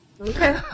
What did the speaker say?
Okay